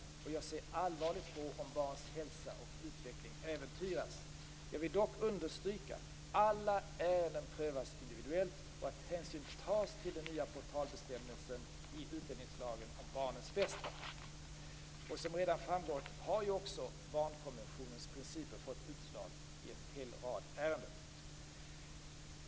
Jag ser det som allvarligt om barns hälsa och utveckling äventyras. Jag vill dock understryka att alla ärenden prövas individuellt, och att hänsyn tas till den nya portalbestämmelsen om barnens bästa i utlänningslagen. Som redan framgått har ju också barnkonventionens principer fällt utslag i en hel rad ärenden.